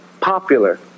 popular